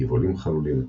בגבעולים חלולים,